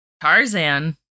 Tarzan